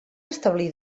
establir